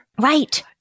Right